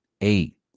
eight